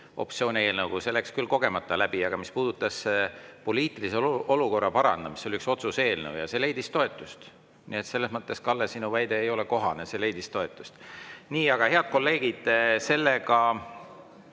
opositsiooni eelnõu, mis läks küll kogemata läbi ja puudutas poliitilise olukorra parandamist. See oli üks otsuse eelnõu ja see leidis toetust. Nii et selles mõttes, Kalle, sinu väide ei ole kohane, see leidis toetust. Head kolleegid,